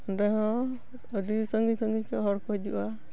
ᱚᱰᱮ ᱦᱚᱸ ᱟᱹᱰᱤ ᱥᱟᱺᱜᱤᱧ ᱥᱟᱺᱜᱤᱧ ᱠᱷᱚᱱ ᱦᱚᱲ ᱠᱚ ᱦᱤᱡᱩᱜᱼᱟ